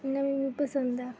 इ'यां मिगी पसंद ऐ